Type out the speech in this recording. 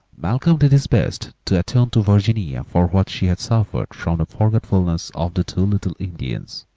malcolm did his best to atone to virginia for what she had suffered from the forgetfulness of the two little indians,